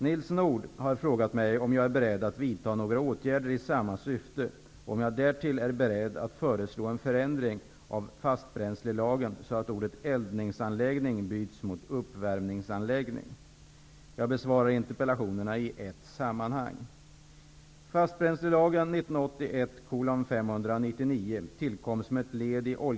Nils Nordh har frågat mig om jag är beredd att vidta några åtgärder i samma syfte och om jag därtill är beredd att föreslå en ändring av fastbränslelagen, så att ordet eldningsanläggning byts mot uppvärmningsanläggning. Jag besvarar interpellationerna i ett sammanhang.